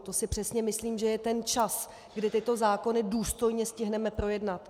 To si přesně myslím, že je ten čas, kdy tyto zákony důstojně stihneme projednat.